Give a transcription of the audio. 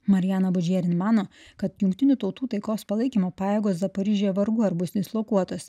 mariana budžerin mano kad jungtinių tautų taikos palaikymo pajėgos zaporižėje vargu ar bus dislokuotos